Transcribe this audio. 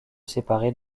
séparer